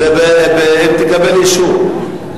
אם תקבל אישור.